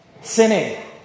Sinning